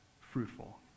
fruitful